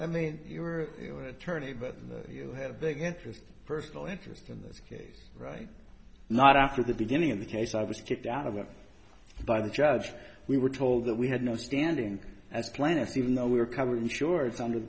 i mean you were your attorney but you had a big interest personal interest in this case right not after the beginning of the case i was kicked out of it by the judge we were told that we had no standing as plaintiff even though we were covered insurance under the